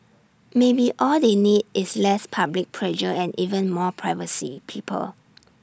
maybe all they need is less public pressure and even more privacy people